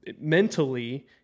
mentally